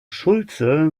schultze